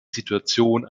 situation